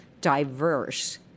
diverse